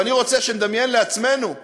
אני רוצה שנדמיין לעצמנו,